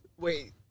Wait